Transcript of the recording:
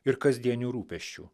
ir kasdienių rūpesčių